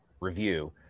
review